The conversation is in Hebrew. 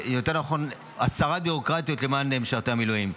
יותר נכון הסרת ביורוקרטיות למען משרתי המילואים.